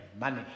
money